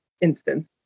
instance